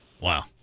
Wow